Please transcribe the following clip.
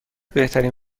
بهترین